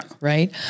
right